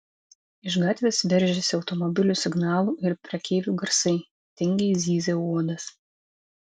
iš gatvės veržėsi automobilių signalų ir prekeivių garsai tingiai zyzė uodas